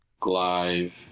Glive